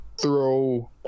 throw